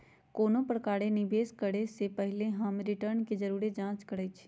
कोनो प्रकारे निवेश करे से पहिले हम रिटर्न के जरुरे जाँच करइछि